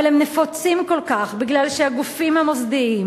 אבל הם נפוצים כל כך מכיוון שהגופים המוסדיים,